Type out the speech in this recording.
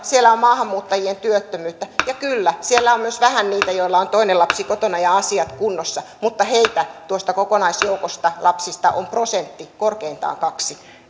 siellä on maahanmuuttajien työttömyyttä kyllä siellä on myös vähän niitä joilla on toinen lapsi kotona ja asiat kunnossa mutta heitä tuosta kokonaisjoukosta lapsista on prosentti korkeintaan kaksi